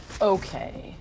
Okay